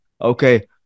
Okay